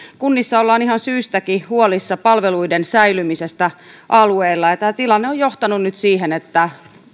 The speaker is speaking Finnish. kunnissa ollaan ihan syystäkin huolissaan palveluiden säilymisestä alueilla ja tämä tilanne on johtanut nyt siihen että